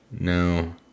no